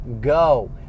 Go